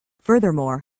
Furthermore